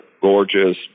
gorgeous